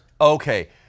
Okay